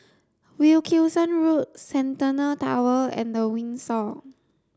Wilkinson Road Centennial Tower and The Windsor